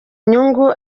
inyungu